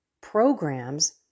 programs